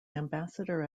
ambassador